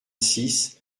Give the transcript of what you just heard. six